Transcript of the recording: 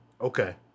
Okay